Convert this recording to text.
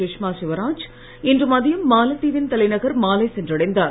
சுஷ்மா ஸ்வராஜ் இன்று மதியம் மாலத்தீவின் தலைநகர் மாலே சென்றடைந்தார்